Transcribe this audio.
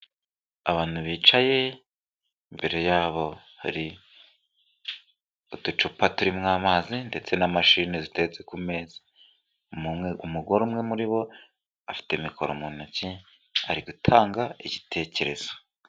Abantu bicaye, imbere yabo hari uducupa turimo amazi ndetse na mashini ziteretse ku meza, umugore umwe muri bo afite mikoro mu ntoki, ari gutanga igitekerezo.